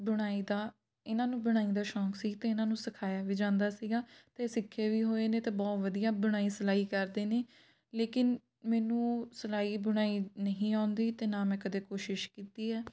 ਬੁਣਾਈ ਦਾ ਇਹਨਾਂ ਨੂੰ ਬੁਣਾਈ ਦਾ ਸ਼ੌਕ ਸੀ ਅਤੇ ਇਹਨਾਂ ਨੂੰ ਸਿਖਾਇਆ ਵੀ ਜਾਂਦਾ ਸੀਗਾ ਅਤੇ ਸਿੱਖੇ ਵੀ ਹੋਏ ਨੇ ਅਤੇ ਬਹੁਤ ਵਧੀਆ ਬੁਣਾਈ ਸਿਲਾਈ ਕਰਦੇ ਨੇ ਲੇਕਿਨ ਮੈਨੂੰ ਸਿਲਾਈ ਬੁਣਾਈ ਨਹੀਂ ਆਉਂਦੀ ਅਤੇ ਨਾ ਮੈਂ ਕਦੇ ਕੋਸ਼ਿਸ਼ ਕੀਤੀ ਹੈ